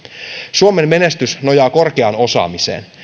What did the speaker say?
suomen menestys nojaa korkeaan osaamiseen